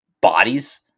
bodies